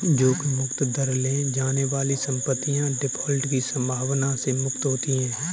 जोखिम मुक्त दर ले जाने वाली संपत्तियाँ डिफ़ॉल्ट की संभावना से मुक्त होती हैं